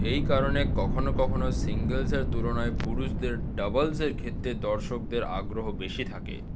এই কারণে কখনও কখনও সিঙ্গলসের তুলনায় পুরুষদের ডাবলসের ক্ষেত্রে দর্শকদের আগ্রহ বেশি থাকে